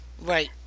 right